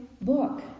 book